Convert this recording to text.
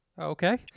Okay